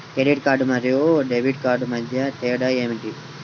Credit card మరియు debit card మధ్య తేడా ఏమిటి?